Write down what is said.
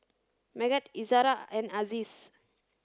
Megat Izara and Aziz